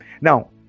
Now